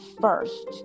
first